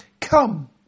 come